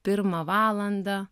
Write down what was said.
pirmą valandą